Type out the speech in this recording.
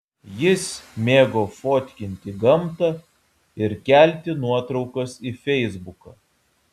jis mėgo fotkinti gamtą ir kelti nuotraukas į feisbuką